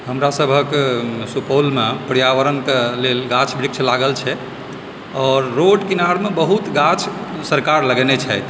हमरासभक सुपौलमे पर्यावरणक लेल गाछ वृक्ष लागल छै आओर रोड किनारमे बहुत गाछ सरकार लगेने छथि